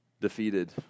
defeated